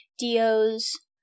DOs